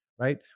Right